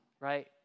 right